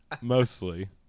Mostly